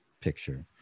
picture